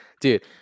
Dude